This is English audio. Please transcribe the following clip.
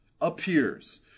appears